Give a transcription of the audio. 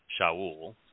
Shaul